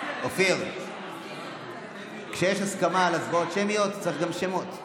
אופיר, כשיש הסכמה על הצבעות שמיות, צריך גם שמות.